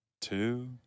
two